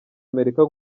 amerika